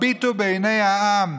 הביטו בעיני העם,